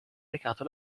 recato